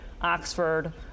Oxford